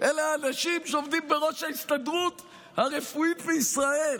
אלה האנשים שעומדים בראש ההסתדרות הרפואית בישראל.